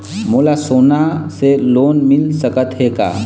मोला सोना से लोन मिल सकत हे का?